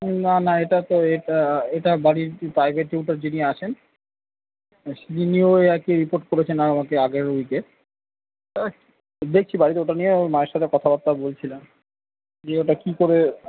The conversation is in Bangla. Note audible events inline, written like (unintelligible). না না এটা তো এটা এটা বাড়ির প্রাইভেট টিউটর যিনি আসেন তিনিও এই একই রিপোর্ট করেছেন আর আমাকে আগের উইকে (unintelligible) দেখছি বাড়িতে ওটা নিয়ে ওর মায়ের সাথে কথাবার্তা বলছিলাম কি ওটা কী করে